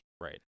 Right